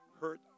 hurt